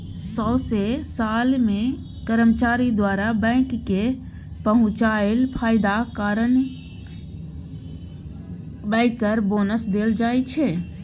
सौंसे साल मे कर्मचारी द्वारा बैंक केँ पहुँचाएल फायदा कारणेँ बैंकर बोनस देल जाइ छै